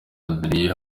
adrien